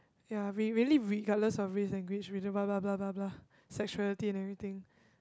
ya we really regardless of race and grace we just blah blah blah blah blah sexuality and everything